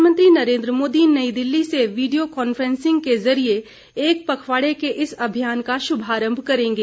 प्रधानमंत्री नरेंद्र मोदी नई दिल्ली से video conference के जरिए एक पखवाड़े के इस अभियान का शुभारंभ करेंगे